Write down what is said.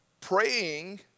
Praying